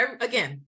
Again